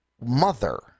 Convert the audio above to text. mother